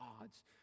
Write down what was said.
odds